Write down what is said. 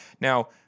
Now